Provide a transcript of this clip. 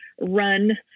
run